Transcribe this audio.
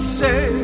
say